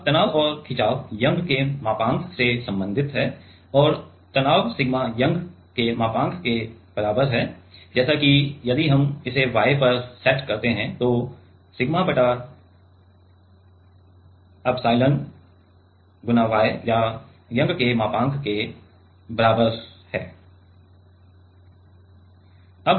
अब तनाव और खिंचाव यंग के मापांक से संबंधित हैं और तनाव सिग्मा यंग के मापांक के बराबर है जैसे कि यदि हम इसे Y पर सेट करते हैं तो सिग्मा बटा सिग्मा बटा एप्सिलॉन Y या यंग के मापांक के बराबर है